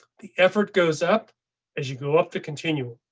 the effort goes up as you go up the continuum,